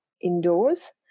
indoors